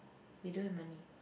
we don't have money